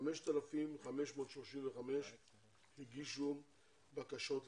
5,535 הגישו בקשות לתמיכה,